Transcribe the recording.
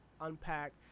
unpack